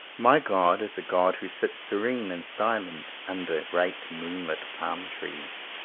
my god is a god who sits serene and silent, under great moon-lit palm-trees.